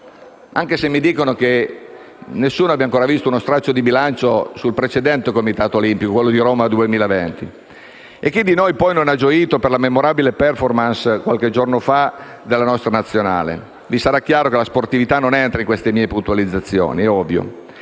Anche se mi dicono che nessuno ha ancora visto uno straccio di bilancio sul precedente comitato olimpico, quello per Roma 2020. E chi di noi, poi, non ha gioito per la memorabile *performance* qualche giorno fa della nostra nazionale di calcio? Vi sarà chiaro che la sportività non entra in queste mie puntualizzazioni. E mi